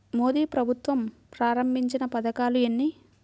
మోదీ ప్రభుత్వం ప్రారంభించిన పథకాలు ఎన్ని?